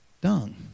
Dung